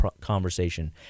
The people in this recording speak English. conversation